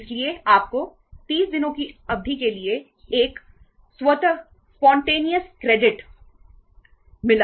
इसलिए आपको 30 दिनों की अवधि के लिए एक स्वतः स्पॉन्टेनियस क्रेडिट मिला